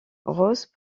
rose